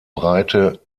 breite